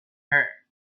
her